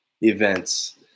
events